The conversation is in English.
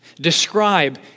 describe